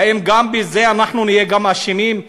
האם גם בזה אנחנו נהיה אשמים,